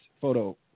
photo